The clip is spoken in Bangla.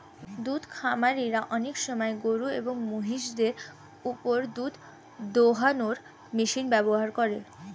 দুদ্ধ খামারিরা অনেক সময় গরুএবং মহিষদের ওপর দুধ দোহানোর মেশিন ব্যবহার করেন